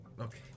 Okay